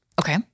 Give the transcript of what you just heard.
Okay